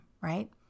right